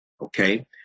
okay